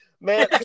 man